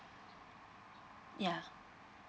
ya